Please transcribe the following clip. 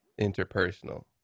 interpersonal